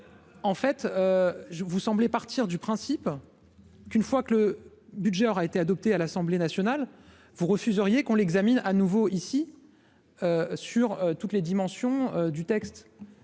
en fait, je vous semblez partir du principe qu'une fois que le budget aura été adopté à l'Assemblée nationale vous refuseriez qu'on l'examine à nouveau ici sur toutes les dimensions du texte